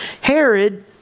Herod